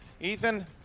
Ethan